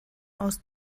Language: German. aus